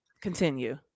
Continue